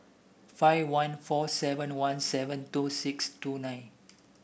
five one four seven one seven two six two nine